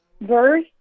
verse